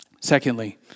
Secondly